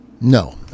No